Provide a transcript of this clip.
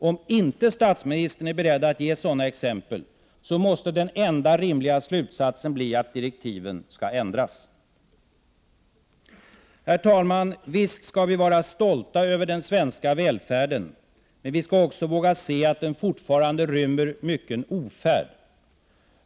Om inte statsministern är beredd att ge sådana exempel måste den enda rimliga slutsatsen bli att direktiven skall ändras! Herr talman! Visst skall vi vara stolta över den svenska välfärden. Men vi skall också våga se att den fortfarande rymmer mycken ofärd.